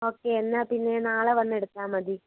okay എന്നാൽ പിന്നെ നാളെ വന്ന് എടുത്താൽ മതി